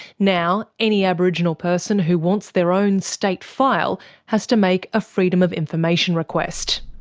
now any aboriginal person who wants their own state file has to make a freedom of information request.